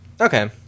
Okay